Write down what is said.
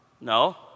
No